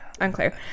unclear